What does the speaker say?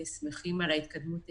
המקור אמור להיות בסכום הזה.